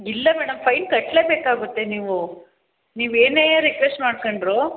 ಇಲ್ಲ madam fine ಕಟ್ಟಲೇ ಬೇಕಾಗುತ್ತೆ ನೀವು ನೀವು ಏನೇ ರಿಕ್ವೆಸ್ಟ್ ಮಾಡ್ಕೊಂಡ್ರೂ